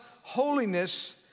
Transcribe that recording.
holiness